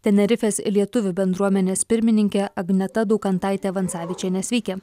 tenerifės lietuvių bendruomenės pirmininke agneta daukantaite vansavičiene sveiki